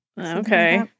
Okay